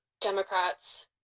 Democrats